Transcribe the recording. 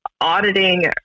auditing